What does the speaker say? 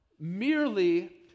Merely